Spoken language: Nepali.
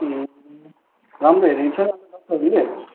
ए राम्रो हेरेको छैन अन्त डक्टरहरूले